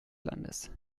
landes